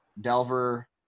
Delver